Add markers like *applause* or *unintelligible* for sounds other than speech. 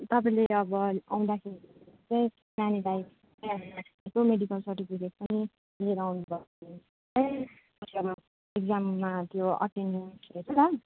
तपाईँले अब आउँदाखेरि चाहिँ नानीलाई *unintelligible* यसो मेडिकल सर्टिफिकेट पनि लिएर अउनुभयो भने चाहिँ उसले *unintelligible* इक्जाममा त्यो अटेन्डेन्स हेर्छ म्याम